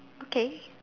okay